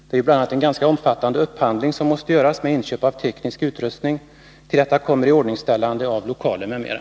Det är bl.a. en ganska omfattande upphandling som måste göras med inköp av teknisk utrustning, och till det kommer iordningställande av lokaler m.m.